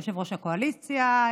יושב-ראש הקואליציה,